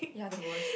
ya the worst